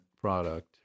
product